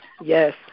Yes